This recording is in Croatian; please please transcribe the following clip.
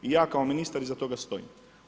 I ja kao ministar iza toga stojim.